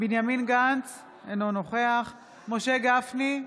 בנימין גנץ, אינו נוכח משה גפני,